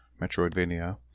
Metroidvania